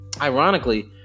ironically